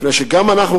מפני שגם אנחנו,